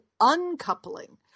uncoupling